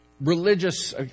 religious